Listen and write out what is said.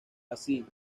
así